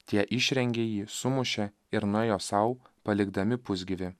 tie išrengė jį sumušė ir nuėjo sau palikdami pusgyvį